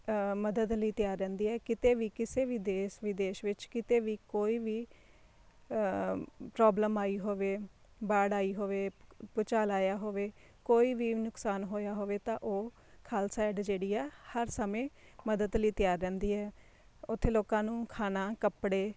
ਮਦਦ ਲਈ ਤਿਆਰ ਰਹਿੰਦੀ ਹੈ ਕਿਤੇ ਵੀ ਕਿਸੇ ਵੀ ਦੇਸ਼ ਵਿਦੇਸ਼ ਵਿੱਚ ਕਿਤੇ ਵੀ ਕੋਈ ਵੀ ਪ੍ਰੋਬਲਮ ਆਈ ਹੋਵੇ ਵਾੜ ਆਈ ਹੋਵੇ ਭੂਚਾਲ ਆਇਆ ਹੋਵੇ ਕੋਈ ਵੀ ਨੁਕਸਾਨ ਹੋਇਆ ਹੋਵੇ ਤਾਂ ਉਹ ਖਾਲਸਾ ਏਡ ਜਿਹੜੀ ਆ ਹਰ ਸਮੇਂ ਮਦਦ ਲਈ ਤਿਆਰ ਰਹਿੰਦੀ ਹੈ ਉੱਥੇ ਲੋਕਾਂ ਨੂੰ ਖਾਣਾ ਕੱਪੜੇ